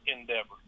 endeavor